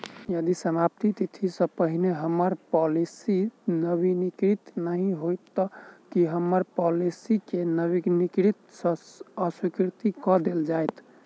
यदि समाप्ति तिथि सँ पहिने हम्मर पॉलिसी नवीनीकृत नहि होइत तऽ की हम्मर पॉलिसी केँ नवीनीकृत सँ अस्वीकृत कऽ देल जाइत?